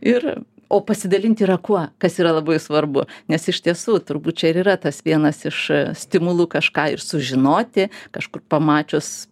ir o pasidalinti yra kuo kas yra labai svarbu nes iš tiesų turbūt čia ir yra tas vienas iš stimulų kažką ir sužinoti kažkur pamačius